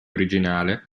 originale